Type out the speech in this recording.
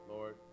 Lord